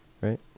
Right